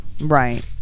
Right